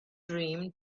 dream